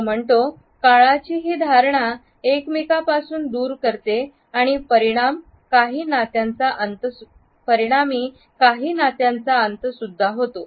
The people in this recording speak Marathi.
तो म्हणतो काळाची ही धारणा एकमेकांपासून दूर करते आणि परिणाम काहीं नात्यांचा अंत सुद्धा होतो